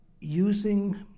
using